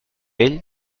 ell